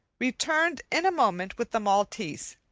returned in a moment with the maltese.